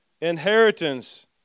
inheritance